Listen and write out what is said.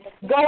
go